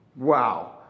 Wow